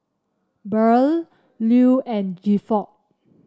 Beryl Lew and Gifford